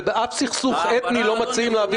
ובאף סכסוך אתני לא מציעים להעביר